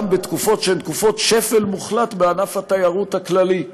גם בתקופות שהן תקופות שפל מוחלט בענף התיירות הכללית,